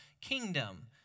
kingdom